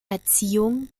erziehung